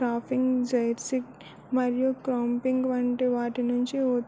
trapping జైర్సిక్ మరియు క్రోమ్పింగ్ వంటి వాటి నుంచి ఉద్